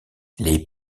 les